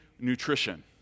nutrition